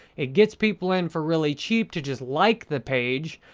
it gets people in for really cheap to just like the page,